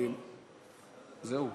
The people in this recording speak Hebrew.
זהו.